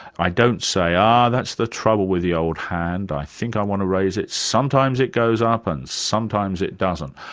i don't say, ah, that's the trouble with the old hand, i think i want to raise it, sometimes it goes up and sometimes it doesn't.